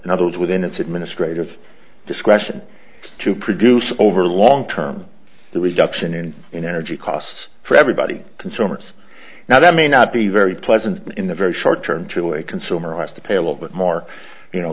and others within its administrative discretion to produce over the long term the reduction in in energy costs for everybody consumers now that may not be very pleasant in the very short term to a consumer price to pay a little bit more you know